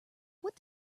what